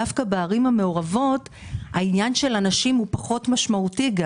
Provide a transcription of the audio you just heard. דווקא בערים המעורבות העניין של הנשים הוא פחות משמעותי.